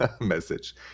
message